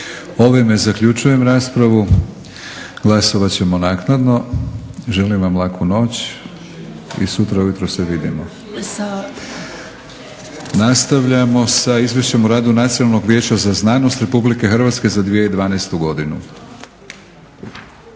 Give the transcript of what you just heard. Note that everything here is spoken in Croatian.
Ovime zaključujem raspravu. Glasovat ćemo naknadno. Želim vam laku noć i sutra ujutro se vidimo. Nastavljamo sa Izvješćem o radu Nacionalnog vijeća za znanost Republike Hrvatske za 2012. godinu.